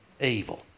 evil